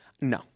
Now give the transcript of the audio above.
No